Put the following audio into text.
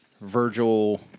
Virgil